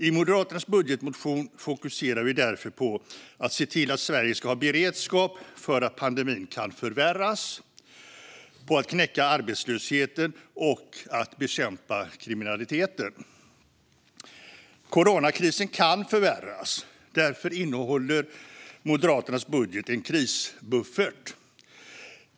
I Moderaternas budgetmotion fokuserar vi därför på att se till att Sverige ska ha beredskap för att pandemin kan förvärras, på att knäcka arbetslösheten och att bekämpa kriminaliteten. Coronakrisen kan förvärras. Därför innehåller Moderaternas budget en krisbuffert.